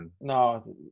No